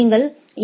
நீங்கள் எ